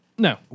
No